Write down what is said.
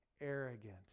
arrogant